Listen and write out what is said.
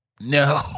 no